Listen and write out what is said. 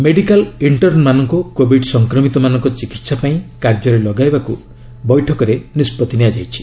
medical ଇଣ୍ଟର୍ଣ୍ଣମାନଙ୍କୁ Covid ସଂକ୍ରମିତମାନଙ୍କ ଚିକିତ୍ସା ପାଇଁ କାର୍ଯ୍ୟରେ ଲଗାଇବାକୁ ବୈଠକରେ ନିଷ୍ପଭି ନିଆଯାଇଛି